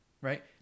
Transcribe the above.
right